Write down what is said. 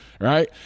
right